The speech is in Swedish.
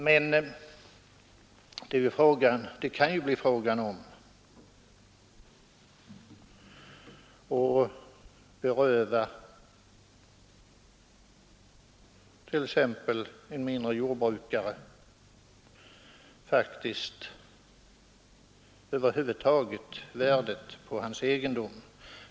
Men det kan ju också bli fråga om att beröva en mindre jordbrukare värdet på hans egendom.